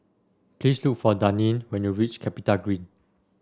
please look for Daneen when you reach CapitaGreen